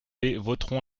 voteront